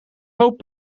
hoop